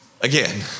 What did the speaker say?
again